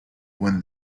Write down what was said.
when